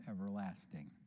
everlasting